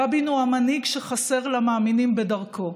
רבין הוא המנהיג שחסר למאמינים בדרכו.